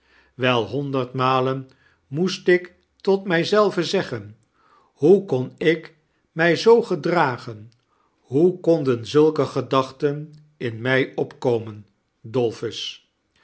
wei honderd malen moest ik tot mij zelve zeggen hoe kon ik mij zoo gedragen hoe konden zulke gedachten in mij opkomen dolphue